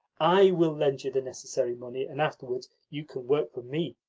i will lend you the necessary money, and afterwards you can work for me.